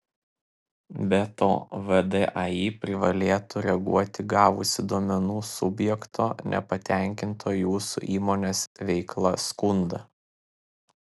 be to vdai privalėtų reaguoti gavusi duomenų subjekto nepatenkinto jūsų įmonės veikla skundą